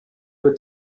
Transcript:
wird